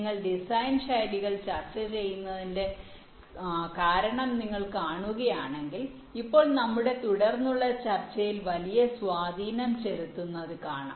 ഞങ്ങൾ ഡിസൈൻ ശൈലികൾ ചർച്ച ചെയ്യുന്നതിന്റെ കാരണം നിങ്ങൾ കാണുകയാണെങ്കിൽ ഇപ്പോൾ ഞങ്ങളുടെ തുടർന്നുള്ള ചർച്ചയിൽ വലിയ സ്വാധീനം ചെലുത്തുന്നത് കാണാം